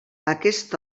aquest